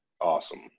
Awesome